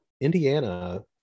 Indiana